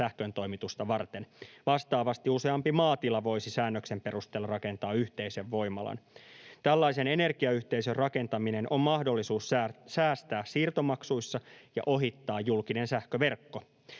sähköntoimitusta varten. Vastaavasti useampi maatila voisi säännöksen perusteella rakentaa yhteisen voimalan. Tällaisen energiayhteisön rakentaminen on mahdollisuus säästää siirtomaksuissa ja ohittaa julkinen sähköverkko.